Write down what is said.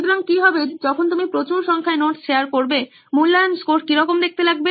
সুতরাং কি হবে যখন তুমি প্রচুর সংখ্যায় নোটস শেয়ার করবে মূল্যায়ন স্কোর কিরকম দেখতে লাগবে